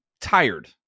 tired